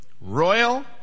royal